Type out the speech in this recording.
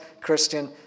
Christian